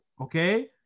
okay